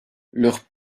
leur